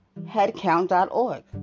headcount.org